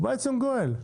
ובא לציון גואל.